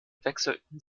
wechselten